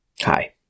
Hi